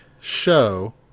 show